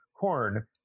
corn